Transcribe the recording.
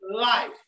life